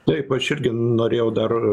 taip aš irgi norėjau dar